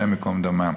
השם ייקום דמם.